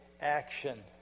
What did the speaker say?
action